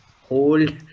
hold